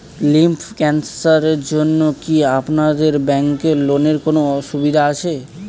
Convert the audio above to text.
Lymph ক্যানসারের জন্য কি আপনাদের ব্যঙ্কে লোনের কোনও সুবিধা আছে?